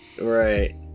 right